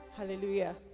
Hallelujah